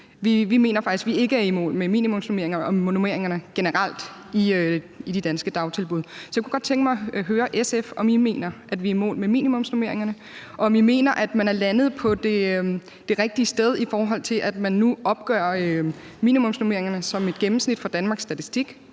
Vi mener faktisk, at vi ikke er i mål med minimumsnormeringer og med normeringerne generelt i de danske dagtilbud. Så jeg kunne godt tænke mig at høre SF, om I mener, at vi er i mål med minimumsnormeringerne, og om I mener, at man er landet på det rigtige sted, i forhold til at man nu opgør minimumsnormeringerne som et gennemsnit for Danmarks Statistik